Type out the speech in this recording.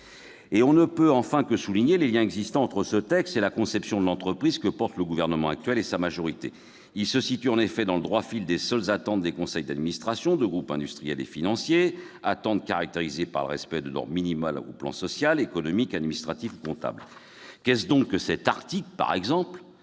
On ne peut enfin que souligner les liens existant entre ce texte et la conception de l'entreprise que portent le Gouvernement et sa majorité. Ils se situent en effet dans le droit fil des seules attentes des conseils d'administration de groupes industriels et financiers, attentes caractérisées par le respect de normes minimales au plan social, économique, administratif ou comptable. Qu'est-ce donc, par exemple,